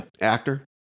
actor